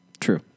True